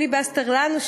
שעשו פיליבסטר לנו,